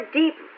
deep